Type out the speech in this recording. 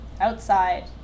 Outside